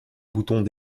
boutons